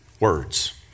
Words